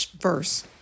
verse